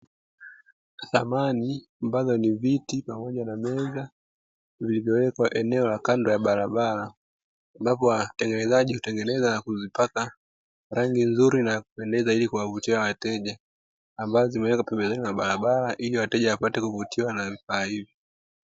Samani ambazo ni ;viti pamoja na Meza vilivyowekwa eneo la kando la barabara ambapo watengenezaji hutengeneza na kuvipaka rangi nzuri na za kupendeza ili kuwavutia wateja, ambazo zimewekwa pembezoni mwa barabara ili wateja wapate kuvutiwa na vifaa hivyo.